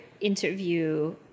interview